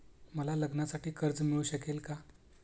मला लग्नासाठी कर्ज मिळू शकेल का?